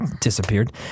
disappeared